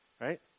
right